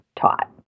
taught